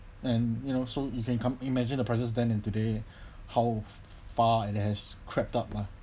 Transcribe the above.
and you know so you can come imagine the prices than in today how far it has crept up lah